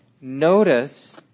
notice